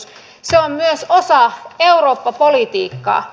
se on myös osa eurooppa politiikkaa